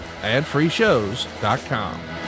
Adfreeshows.com